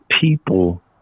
people